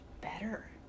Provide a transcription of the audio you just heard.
better